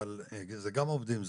אבל זה גם עובדים זרים,